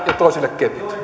toisille